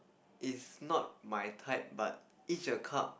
it's not my type but Each-a-Cup